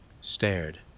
stared